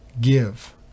give